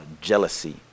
jealousy